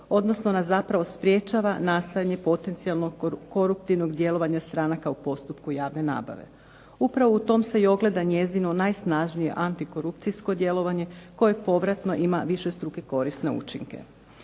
odnosno nas zapravo sprečava nastajanje potencijalnog koruptivnog djelovanja stranaka u postupku javne nabave. Upravo u tom se i ogleda njezino najsnažnije antikorupcijsko djelovanje koje povratno ima višestruke korisne učinke.